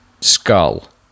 skull